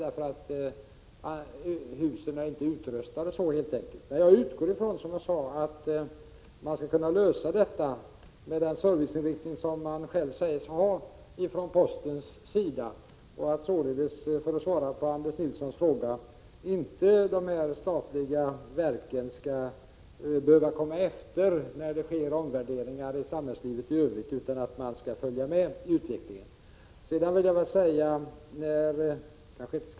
Husen är helt enkelt inte utrustade så. Jag utgår från, som jag sade, att man skall kunna lösa detta med den serviceinriktning som man från postens sida säger sig ha. Som svar på Anders Nilssons fråga vill jag tillägga att jag förutsätter att de statliga verken inte skall behöva komma efter när omvärderingar sker i samhällslivet i övrigt, utan de skall följa med i utvecklingen.